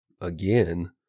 again